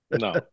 No